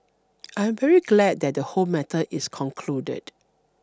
I'm very glad that the whole matter is concluded